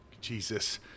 Jesus